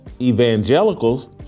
Evangelicals